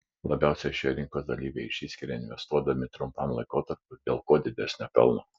labiausiai šie rinkos dalyviai išsiskiria investuodami trumpam laikotarpiui dėl kuo didesnio pelno